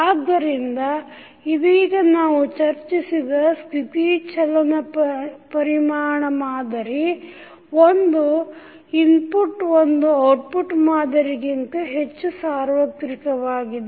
ಆದ್ದರಿಂದ ಇದೀಗ ನಾವು ಚರ್ಚಿಸಿದ ಸ್ಥಿತಿ ಚಲನ ಪರಿಮಾಣ ಮಾದರಿ ಒಂದು ಇನ್ಪುಟ್ ಒಂದು ಔಟ್ಪುಟ್ ಮಾದರಿಗಿಂತ ಹೆಚ್ಚು ಸಾರ್ವತ್ರಿಕವಾಗಿದೆ